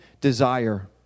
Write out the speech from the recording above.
desire